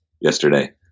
yesterday